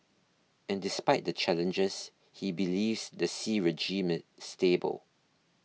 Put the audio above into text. and despite the challenges he believes the Xi regime stable